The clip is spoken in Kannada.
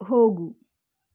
ಹೋಗು